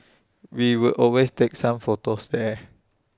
we would always take some photos there